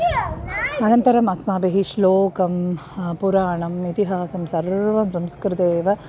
अनन्तरम् अस्माभिः श्लोकं पुराणम् इतिहासं सर्वं संस्कृतेव